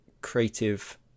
creative